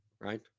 Right